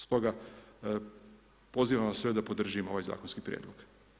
Stoga, pozivam vas sve da podržimo ovaj zakonski prijedlog.